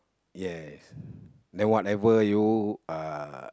yes then whatever you uh